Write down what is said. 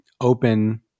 open